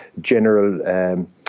general